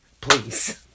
Please